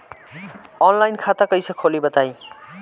Online खाता कइसे खोली बताई?